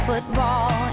Football